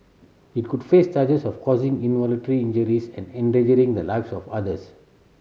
it could face charges of causing involuntary injuries and endangering the lives of others